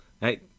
Hey